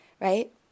right